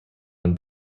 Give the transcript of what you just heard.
when